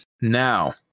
Now